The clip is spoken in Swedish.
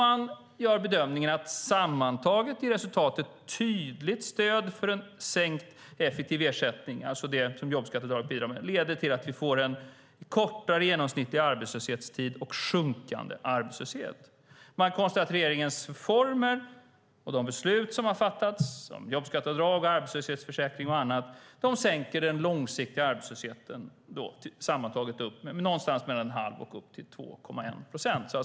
Man gör bedömningen att sammantaget blir resultatet att ett tydligt stöd för en sänkt effektiv ersättning - det som jobbskatteavdraget bidrar till - leder till att vi får en kortare genomsnittlig arbetslöshetstid och en sjunkande arbetslöshet. Man konstaterar att regeringens reformer och de beslut som fattats om jobbskatteavdrag, arbetslöshetsförsäkring och annat sänker den långsiktiga arbetslösheten - sammantaget med mellan 1⁄2 procent och 2,1 procent.